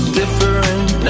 different